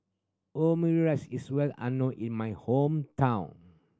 omurice is well unknown in my hometown